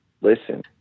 listen